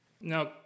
Now